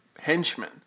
henchmen